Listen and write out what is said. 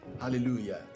Hallelujah